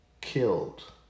killed